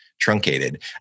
truncated